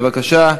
בבקשה.